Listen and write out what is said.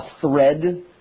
thread